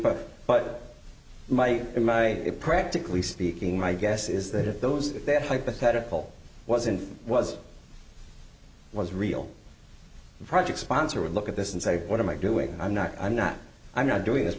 but my in my it practically speaking my guess is that if those that hypothetical wasn't was was real project sponsor would look at this and say what am i doing i'm not i'm not i'm not doing this